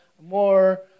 more